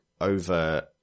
over